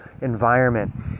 environment